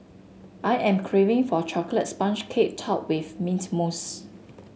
I am craving for a chocolate sponge cake topped with mint mousse